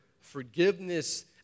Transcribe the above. forgiveness